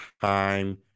time